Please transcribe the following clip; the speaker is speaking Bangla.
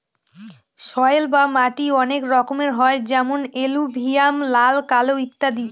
সয়েল বা মাটি অনেক রকমের হয় যেমন এলুভিয়াল, লাল, কালো ইত্যাদি